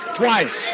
twice